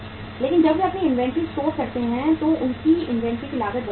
लेकिन जब वे अपनी इन्वेंट्री स्टोर करते हैं तो उनकी इन्वेंट्री की लागत बढ़ जाती है